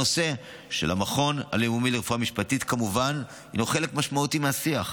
הנושא של המכון הלאומי לרפואה משפטית כמובן הינו חלק משמעותי מהשיח.